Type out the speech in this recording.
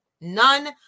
none